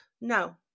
No